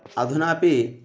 अधुनापि